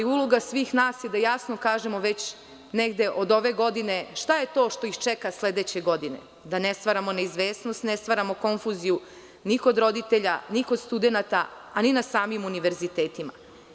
Uloga svih nas jeste da jasno kažemo, već negde od ove godine, šta je to što ih čeka sledeće godine, da ne stvaramo neizvesnost, da ne stvaramo konfuziju ni kod roditelja, ni kod studenata, a ni na samim univerzitetima.